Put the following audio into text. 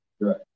Right